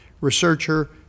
researcher